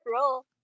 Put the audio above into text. roll